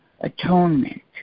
atonement